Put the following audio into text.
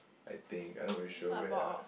I think I not really sure where ah